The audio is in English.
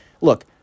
Look